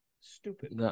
stupid